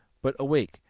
but awake,